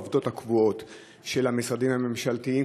העובדות הקבועות של המשרדים הממשלתיים,